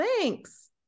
thanks